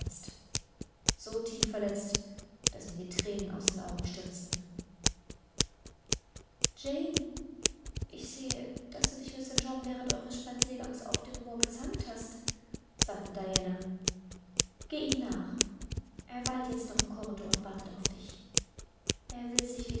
so tief verletzt daß mir die thränen aus den augen stürzten jane ich sehe daß du dich mit st john während eures spazierganges auf dem moor gezankt hast sagte diana geh ihm nach er weilt jetzt noch im korridor und wartet auf dich er will sich